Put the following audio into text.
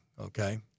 okay